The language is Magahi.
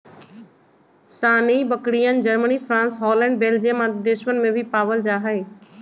सानेंइ बकरियन, जर्मनी, फ्राँस, हॉलैंड, बेल्जियम आदि देशवन में भी पावल जाहई